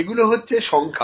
এগুলো হচ্ছে সংখ্যা